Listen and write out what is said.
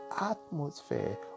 atmosphere